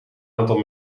aantal